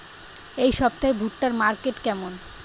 এই সপ্তাহে ভুট্টার মার্কেট কেমন?